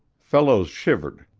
fellows shivered,